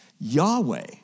Yahweh